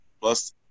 Plus